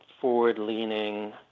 forward-leaning